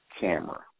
camera